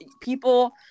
People